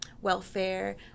welfare